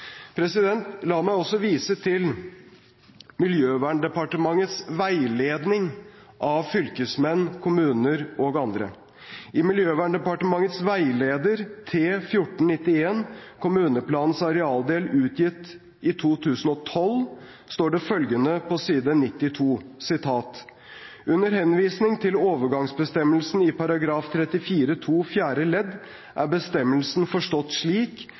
La meg også vise til Miljøverndepartementets veiledning av fylkesmenn, kommuner og andre. I Miljøverndepartementets veileder T-1491 Kommuneplanens arealdel, utgitt i 2012, står det følgende på side 92: «Under henvisning til overgangsbestemmelsen i § 34-2 fjerde ledd er bestemmelsen forstått slik